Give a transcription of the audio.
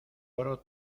oro